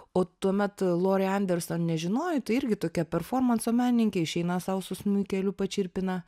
o tuomet lori anderson nežinojot irgi tokia performanso menininkė išeina sau su smuikeliu pačirpina